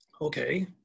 okay